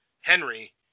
Henry